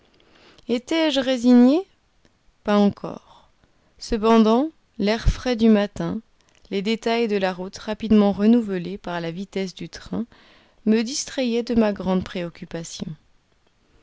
étais-je résigné pas encore cependant l'air frais du matin les détails de la route rapidement renouvelés par la vitesse du train me distrayaient de ma grande préoccupation